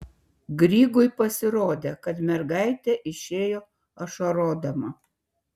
grygui pasirodė kad mergaitė išėjo ašarodama